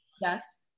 Yes